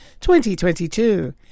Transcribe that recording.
2022